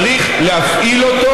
צריך להפעיל אותו.